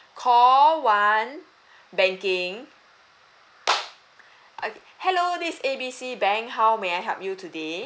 call one banking okay hello this is A B C bank how may I help you today